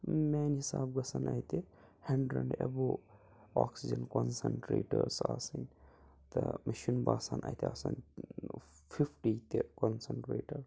میٛانہِ حِساب گژھیٚن اَتہِ ہنٛڈرڈ ایٚبوٚو آکسیٖجَن کنسَنٹرٛیٹٲرٕس آسٕنۍ تہٕ مےٚ چھُنہٕ باسان اَتہِ آسیٚن ٲں فِفٹی تہِ کَنسَنٹرٛیٹر